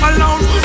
Alone